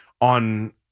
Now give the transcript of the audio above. on